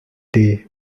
day